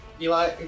Eli